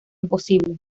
imposible